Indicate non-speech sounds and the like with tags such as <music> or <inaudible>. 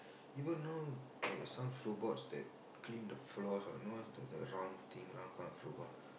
<noise> even though there's some robots that clean the floors you know the the round thing round kind of robot